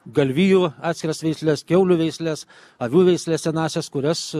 galvijų atskiras veisles kiaulių veisles avių veisles senąsias kurias